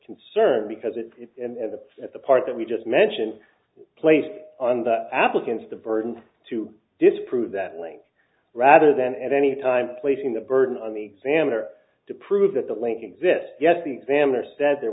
concern because it is in the at the part that we just mentioned placed on the applicants the burden to disprove that link rather than time placing the burden on the examiner to prove that the link exists yes the examiner said there